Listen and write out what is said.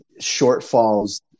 shortfalls